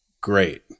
great